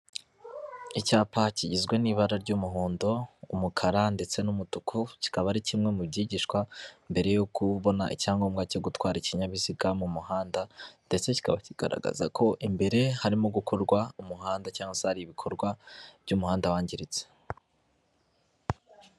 Icyapa kigizwe n'ibara ry'umuhondo, umukara ndetse n'umutuku, kikaba ari kimwe mu byigishwa mbere yuko ubona icyangombwa cyo gutwara ikinyabiziga mu muhanda. Ndetse kikaba kigaragaza ko imbere harimo gukorwa umuhanda cg hari ibikorwa by'umuhanda wangiritse.